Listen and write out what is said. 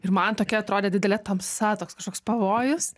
ir man tokia atrodė didelė tamsa toks kažkoks pavojus